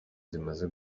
zimaze